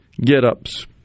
get-ups